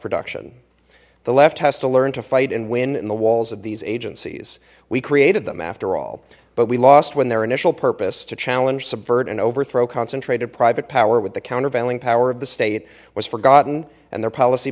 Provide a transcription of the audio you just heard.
production the left has to learn to fight and win in the walls of these agencies we created them after all but we lost when their initial purpose to challenge subvert and overthrow concentrated private power with the countervailing power of the state was forgotten and their policy